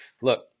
Look